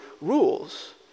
rules